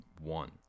One